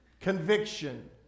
conviction